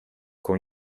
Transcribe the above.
con